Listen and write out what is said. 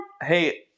hey